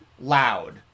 loud